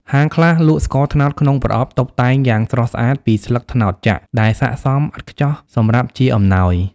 ហាងខ្លះលក់ស្ករត្នោតក្នុងប្រអប់តុបតែងយ៉ាងស្រស់ស្អាតពីស្លឹកត្នោតចាក់ ដែលសាកសមឥតខ្ចោះសម្រាប់ជាអំណោយ។